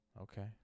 Okay